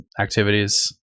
activities